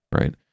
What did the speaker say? right